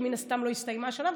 כי מן הסתם לא הסתיימה השנה,